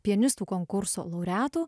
pianistų konkurso laureatų